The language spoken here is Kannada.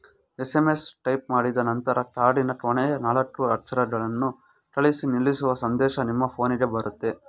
ಎಸ್.ಎಂ.ಎಸ್ ಟೈಪ್ ಮಾಡಿದನಂತರ ಕಾರ್ಡಿನ ಕೊನೆಯ ನಾಲ್ಕು ಅಕ್ಷರಗಳನ್ನು ಕಳಿಸಿ ನಿಲ್ಲಿಸುವ ಸಂದೇಶ ನಿಮ್ಮ ಫೋನ್ಗೆ ಬರುತ್ತೆ